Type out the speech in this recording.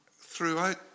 throughout